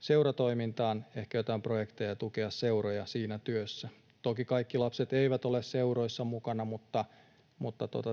seuratoimintaan, ehkä jotain projekteja tukemaan seuroja siinä työssä. Toki kaikki lapset eivät ole seuroissa mukana, mutta